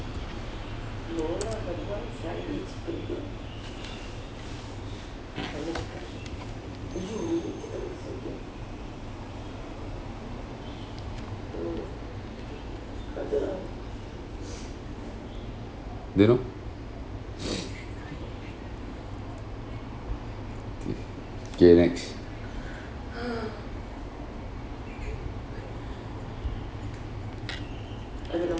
they know K next